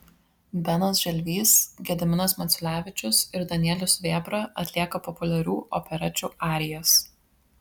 benas želvys gediminas maciulevičius ir danielius vėbra atlieka populiarių operečių arijas